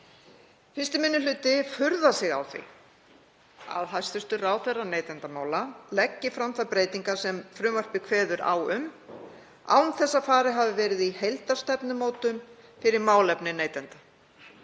Fyrsti minni hluti furðar sig á því að ráðherra neytendamála leggi fram þær breytingar sem frumvarpið kveður á um án þess að farið hafi verið í heildarstefnumótun fyrir málefni neytenda.